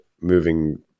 moving